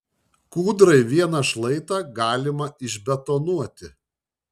kūdrai vieną šlaitą galima išbetonuoti